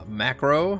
macro